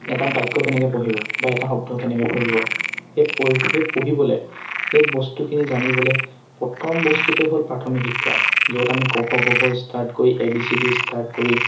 এটা বাক্য কেনেকৈ পঢ়িব বা এটা শব্দ কেনেকৈ পঢ়িব সেই সেই পঢ়িবলৈ সেই বস্তুখিনি জানিবলৈ প্ৰথম বস্তুটোৱে হ'ল প্ৰাথমিক শিক্ষা য'ত আমি ক খ গ ঘ ষ্টাৰ্ট কৰি A B C D start কৰি